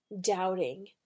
doubting